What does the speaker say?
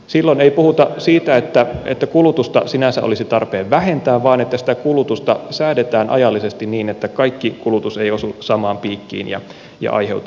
silloin ei puhuta siitä että kulutusta sinänsä olisi tarpeen vähentää vaan että sitä kulutusta säädetään ajallisesti niin että kaikki kulutus ei osu samaan piikkiin ja aiheuta ongelmia